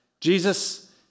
Jesus